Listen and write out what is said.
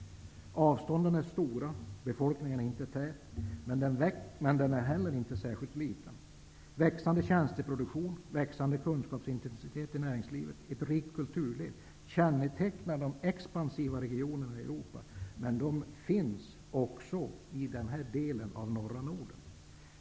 Avstånden är stora, och där är inte särskilt tätbefolkat. Men befolkningen är inte heller särskilt liten. Växande tjänsteproduktion, växande kunskapsintensitet i näringslivet och ett rikt kulturliv kännetecknar de expansiva regionerna i Europa. Men dessa fenomen finns också i den norra delen av Norden.